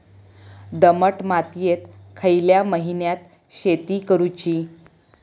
दमट मातयेत खयल्या महिन्यात शेती करुची?